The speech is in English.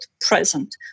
present